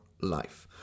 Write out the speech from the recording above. life